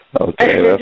Okay